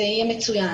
זה יהיה מצוין.